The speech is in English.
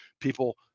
People